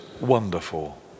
wonderful